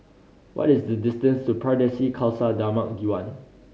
what is the distance to Pardesi Khalsa Dharmak Diwan